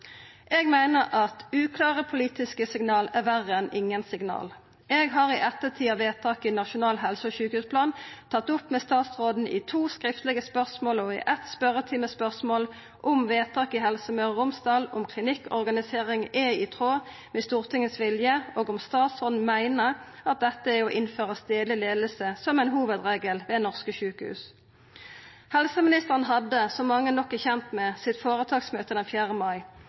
Eg meiner at uklare politiske signal er verre enn ingen signal. Eg har, i ettertid av vedtaket i Nasjonal helse- og sjukehusplan, tatt dette opp med statsråden i to skriftlege spørsmål og i eitt spørjetimespørsmål – om vedtaket i Helse Møre og Romsdal om klinikkorganisering er i tråd med Stortingets vilje, og om statsråden meiner at dette er å innføra stadleg leiing som ein hovudregel ved norske sjukehus. Helseministeren hadde, som mange nok er kjende med, føretaksmøte den 4. mai,